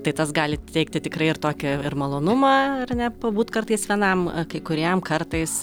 tai tas gali teikti tikrai ir tokį ir malonumą ar ne pabūt kartais vienam kai kuriem kartais